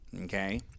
okay